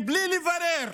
בלי לברר